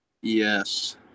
Yes